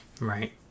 Right